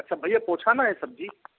अच्छा भैया पहुंचाना है सब्ज़ी